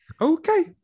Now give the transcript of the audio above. Okay